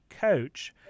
coach